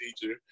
teacher